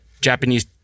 Japanese